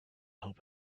help